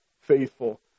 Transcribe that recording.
faithful